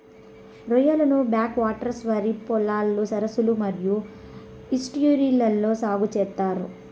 రొయ్యలను back waters, వరి పొలాలు, సరస్సులు మరియు ఈస్ట్యూరీలలో సాగు చేత్తారు